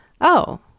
Oh